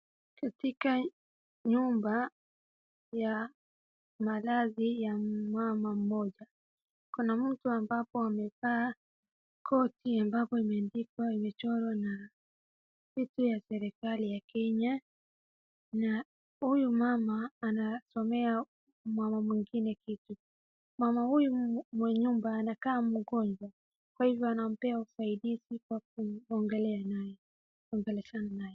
Katika nyumba ya malazi ya mmama moja .Kuna mtu ambapo amekaa koti ambapo imeandikwa imechorwa na kitu ya serikali ya Kenya na huyu mama anasomea mama mwingine kitu .Mama huyu wa nyumba anakaa mgonjwa kwa hivyo anampee usaidizi kwa kuogelesha naye.